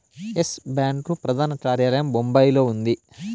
yes bank ప్రధాన కార్యాలయం బొంబాయిలో ఉంది